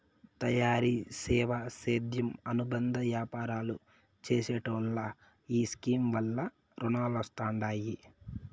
తయారీ, సేవా, సేద్యం అనుబంద యాపారాలు చేసెటోల్లో ఈ స్కీమ్ వల్ల రునాలొస్తండాయి